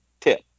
Tip